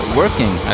working